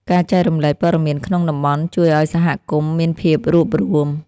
ការចែករំលែកព័ត៌មានក្នុងតំបន់ជួយឲ្យសហគមន៍មានភាពរួបរួម។